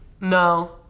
no